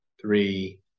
three